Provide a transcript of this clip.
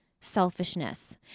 selfishness